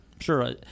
Sure